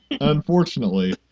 unfortunately